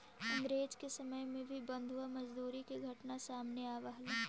अंग्रेज के समय में भी बंधुआ मजदूरी के घटना सामने आवऽ हलइ